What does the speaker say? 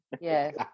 Yes